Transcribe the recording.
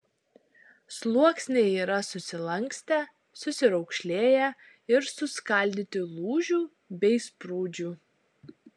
sluoksniai yra susilankstę susiraukšlėję ir suskaldyti lūžių bei sprūdžių